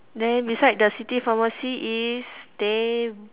then beside the city pharmacy is